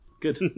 Good